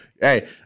Hey